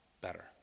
better